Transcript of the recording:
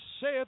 saith